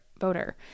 voter